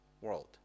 world